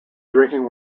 drinking